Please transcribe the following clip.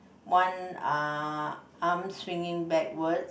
one uh arm swinging backwards